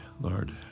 Lord